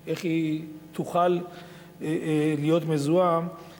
או איך היא תוכל להיות מזוהה